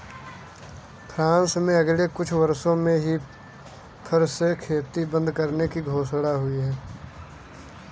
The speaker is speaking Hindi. फ्रांस में अगले कुछ वर्षों में फर की खेती बंद करने की घोषणा हुई है